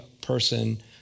person